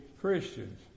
Christians